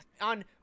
on